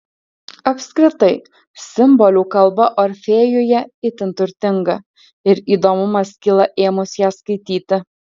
apskritai simbolių kalba orfėjuje itin turtinga ir įdomumas kyla ėmus ją skaityti